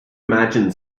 imagine